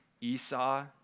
Esau